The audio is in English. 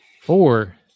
Four